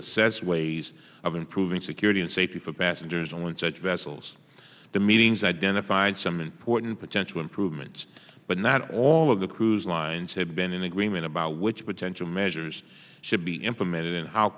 assess ways of improving security and safety for passengers on such vessels the meetings identified some important potential improvements but not all of the cruise lines have been in agreement about which potential measures should be implemented and how